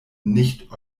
nicht